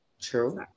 True